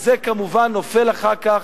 וזה כמובן נופל אחר כך,